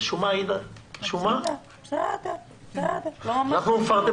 הייתי מאוד רוצה לברך על עצם